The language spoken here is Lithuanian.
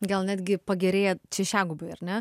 gal netgi pagerėja šešiagubai ar ne